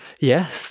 yes